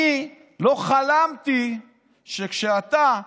אני לא חלמתי שכשאתה הולך,